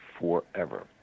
forever